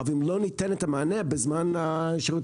ואם לא ניתן את המענה בזמן שירות